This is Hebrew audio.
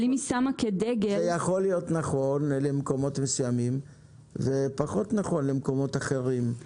זה יכול להיות נכון למקומות מסוימים ופחות נכון למקומות אחרים.